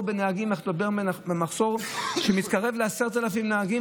אנחנו מדברים על מחסור שמתקרב ל-10,000 נהגים.